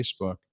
Facebook